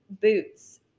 boots